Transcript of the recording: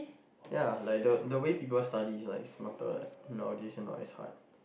ya like the the way people study is smarter nowadays and not as hard